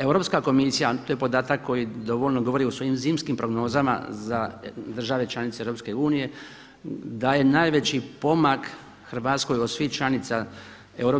Europska komisija, to je podatak koji dovoljno govori o svojim zimskim prognozama za države članice EU daje najveći pomak Hrvatskoj od svih članica EU